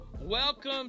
Welcome